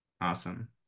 Awesome